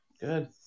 good